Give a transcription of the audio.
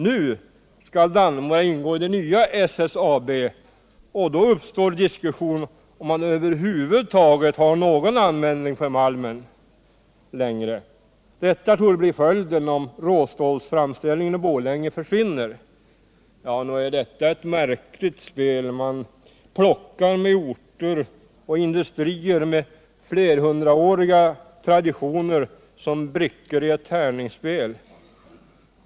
Nu skall Dannemora ingå i det nya SSAB, och då uppstår diskussion om man över huvud taget har någon användning för malmen längre om råstålsframställningen i Borlänge försvinner. Nog är detta ett märkligt spel. Man plockar med orter och industrier med flerhundraåriga traditioner som med brickor i ett tärningsspel.